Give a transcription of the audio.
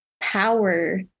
power